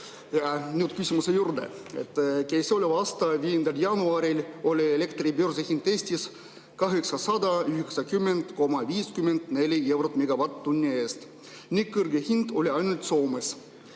Ja nüüd lähen küsimuse juurde. Käesoleva aasta 5. jaanuaril oli elektri börsihind Eestis 890,54 eurot megavatt-tunni eest. Nii kõrge hind oli veel ainult Soomes.